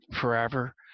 forever